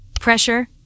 Pressure